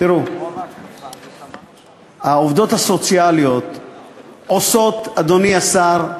תראו, העובדות הסוציאליות עושות, אדוני השר,